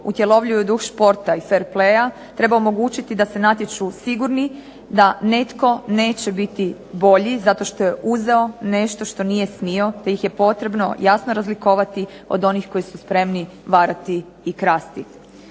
utjelovljuju duh športa i fer playa treba omogući da se natječu sigurni, da netko neće biti bolji zato što je uzeo nešto što nije smio, te ih je potrebno jasno razlikovati od onih koji su spremni varati i krasti.